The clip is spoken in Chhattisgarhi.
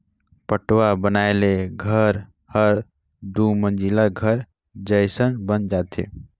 पटाव बनाए ले घर हर दुमंजिला घर जयसन बन जाथे